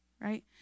right